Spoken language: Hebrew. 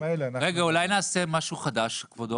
אולי נעשה משהו חדש, כבודו?